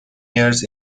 years